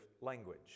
language